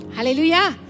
Hallelujah